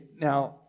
now